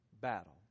battle